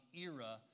era